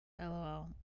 lol